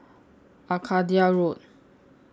Arcadia Road